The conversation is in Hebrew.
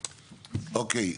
אוקיי,